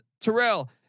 Terrell